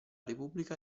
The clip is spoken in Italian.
repubblica